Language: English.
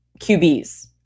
QBs